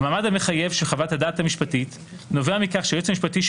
המעמד המחייב של חוות-הדעת המשפטית נובע מכך שהיועץ המשפטי של